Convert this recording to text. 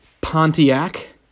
Pontiac